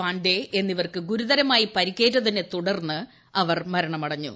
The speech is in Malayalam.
പാണ്ടെ എന്നിവർക്ക് ഗുരുതരമായി പരിക്കേറ്റതിനെ തുടർന്ന് അവർ മരണമടഞ്ഞു